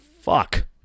fuck